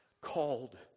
called